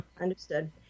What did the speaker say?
Understood